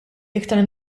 iktar